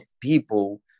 people